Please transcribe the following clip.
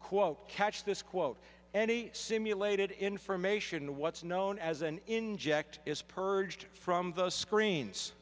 quote catch this quote any simulated information what's known as an inject is purged from those screens